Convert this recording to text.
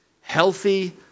healthy